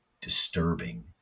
disturbing